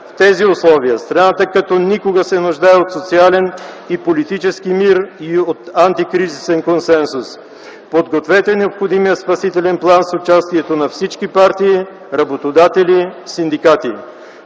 В тези условия страната както никога се нуждае от социален и политически мир и от антикризисен консенсус. Подгответе необходимия спасителен план с участието на всички партии, работодатели, синдикати.